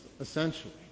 essentially